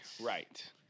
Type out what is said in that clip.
Right